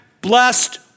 blessed